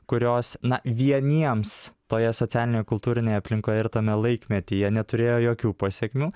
kurios na vieniems toje socialinėje kultūrinėje aplinkoje ir tame laikmetyje neturėjo jokių pasekmių